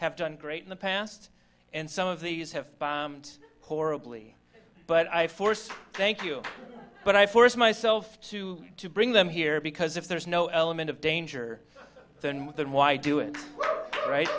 have done great in the past and some of these have horribly but i forced thank you but i forced myself to to bring them here because if there is no element of danger then with them why do it right